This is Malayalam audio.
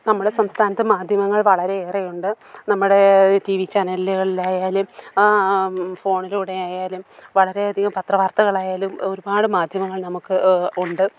നമ്മളെ സംസ്ഥാനത്ത് മാധ്യമങ്ങൾ വളരെയേറെ ഉണ്ട് നമ്മുടേ ടിവി ചാനലുകളിലായാലും ഫോണിലൂടെ ആയാലും വളരെയധികം പത്രവാർത്തകൾ ആയാലും ഒരുപാട് മാധ്യമങ്ങൾ ഉണ്ട്